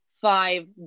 five